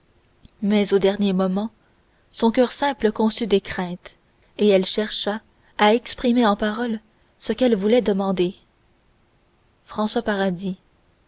mais au dernier moment son coeur simple conçut des craintes et elle chercha à exprimer en paroles ce qu'elle voulait demander françois paradis